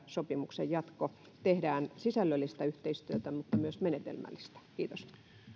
sopimuksen jatko tehdään sisällöllistä yhteistyötä mutta myös menetelmällistä kiitos